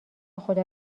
خدا